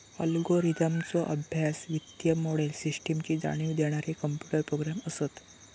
अल्गोरिदमचो अभ्यास, वित्तीय मोडेल, सिस्टमची जाणीव देणारे कॉम्प्युटर प्रोग्रॅम असत